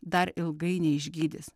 dar ilgai neišgydys